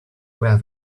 where